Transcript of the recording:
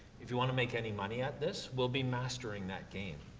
if you wanna make any money at this, will be mastering that game.